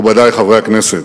מכובדי חברי הכנסת,